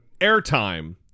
airtime